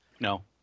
No